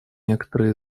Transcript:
некоторые